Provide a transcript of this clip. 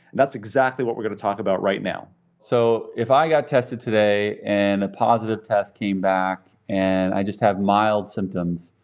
that's exactly what we're going to talk about right now. kyle so if i got tested today and a positive test came back, and i just have mild symptoms,